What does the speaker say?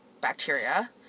bacteria